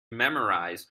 memorize